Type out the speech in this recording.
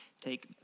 Take